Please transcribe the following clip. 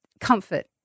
comfort